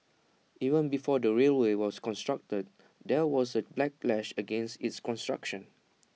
even before the railway was constructed there was A backlash against its construction